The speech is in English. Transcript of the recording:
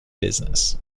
business